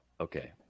Okay